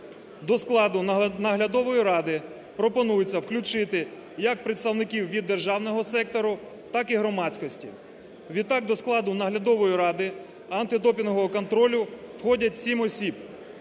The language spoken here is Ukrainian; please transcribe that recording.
До складу наглядової ради пропонується включити як представників від державного сектору, так і громадськості. Від так до складу наглядової ради антидопінгового контролю входять сім осіб